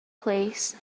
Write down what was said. plîs